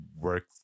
work